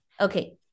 Okay